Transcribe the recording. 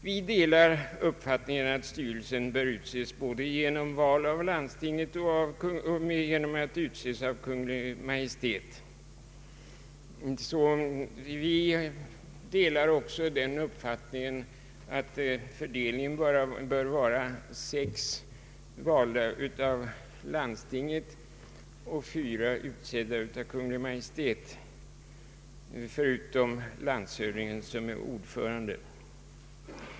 Vi delar uppfattningen att styrelsen bör utses både genom val av landstinget och av Kungl. Maj:t. Vi delar också uppfattningen att fördelningen bör vara sex ledamöter valda av landstinget och fyra utsedda av Kungl. Maj:t, förutom landshövdingen som är ordförande.